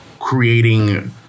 creating